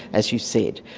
as you said,